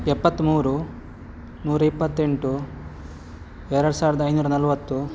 ಎಪ್ಪತ್ಮೂರು ನೂರಿಪ್ಪತ್ತೆಂಟು ಎರಡು ಸಾವಿರದ ಐನೂರ ನಲ್ವತ್ತು